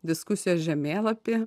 diskusijos žemėlapį